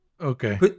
Okay